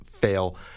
fail